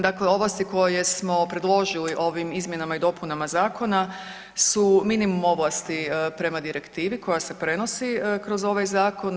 Dakle, ovlasti koje smo predložili ovim izmjenama i dopunama zakona su minimum ovlasti prema direktivi koja se prenosi kroz ovaj zakon.